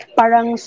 parang